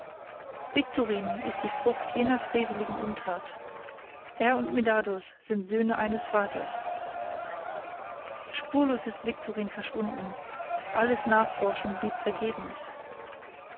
viktorin ist die frucht jener freveligen untat er und medardus sind söhne eines vaters spurlos ist viktorin verschwunden alles nachforschen blieb vergebens